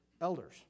elders